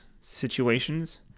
situations